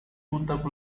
பூத்த